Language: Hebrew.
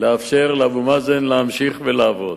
לאפשר לאבו מאזן להמשיך ולעבוד.